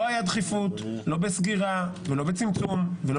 לא היתה דחיפות לא בסגירה ולא בצמצום ולא